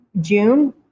June